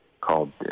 called